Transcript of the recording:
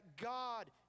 God